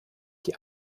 die